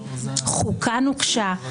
חוקה נוקשה,